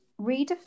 redefine